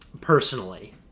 Personally